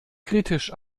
kritisch